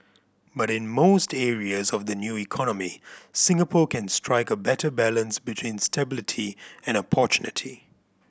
but in most areas of the new economy Singapore can strike a better balance between stability and opportunity